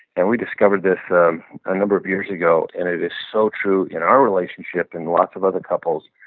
and we discovered this um a number of years ago and it is so true in our relationship and lots of other couples.